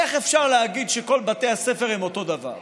איך אפשר להגיד שכל בתי הספר הם אותו דבר?